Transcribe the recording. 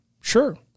sure